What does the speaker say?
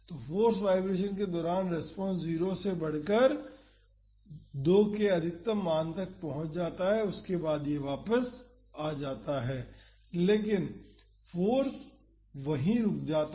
तो force vibration के दौरान रेस्पॉन्स 0 से बढ़कर 2 के अधिकतम मान तक पहुंच जाता है और उसके बाद यह वापस आ जाता है लेकिन फाॅर्स वहीं रुक जाता है